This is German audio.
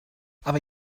aber